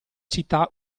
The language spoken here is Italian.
città